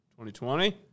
2020